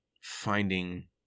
finding